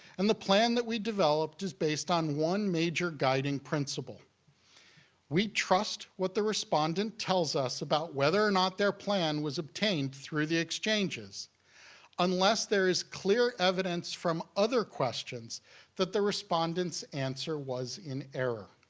and the plan that we developed is based on one major guiding principle we trust what the respondent tells us about whether or not their plan was obtained through the exchanges unless there is clear evidence from other questions that the respondent's answer was in error.